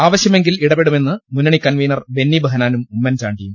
ആവശ്യമെങ്കിൽ ഇടപെടുമെന്ന് മുന്നണി കൺവീനർ ബെന്നി ബെഹനാനും ഉമ്മൻചാണ്ടിയും